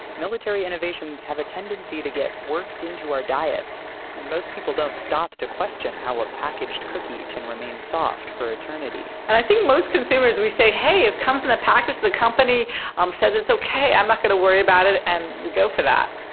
military innovations have a tendency to get worked into our diets. and most people don't stop to question how a packaged cookie can remain soft for eternity and i think most consumers, we say, hey, it comes in a package. the company um says it's okay, i'm not going to worry about it and we go for that.